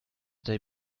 they